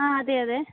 ആ അതെ അതെ